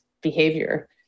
behavior